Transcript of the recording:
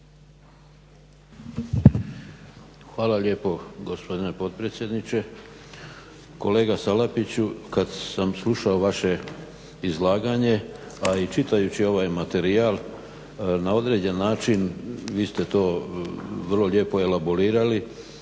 Hvala lijepo gospodine potpredsjedniče. Kolega Salapiću, kad sam slušao vaše izlaganje a i čitajući ovaj materijal na određen način vi ste to vrlo lijepo elaborirali.